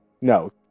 No